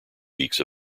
weeks